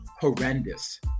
horrendous